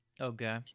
Okay